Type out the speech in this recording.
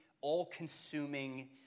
all-consuming